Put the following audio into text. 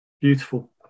Beautiful